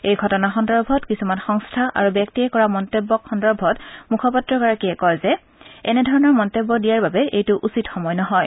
এই ঘটনা সন্দৰ্ভত কিছুমান সংস্থা আৰু ব্যক্তিয়ে কৰা মন্তব্যক সন্দৰ্ভত মুখপাত্ৰগৰাকীয়ে কয় যে এনেধৰণৰ মন্তব্য দিয়াৰ বাবে এইটো উচিত সময় নহয়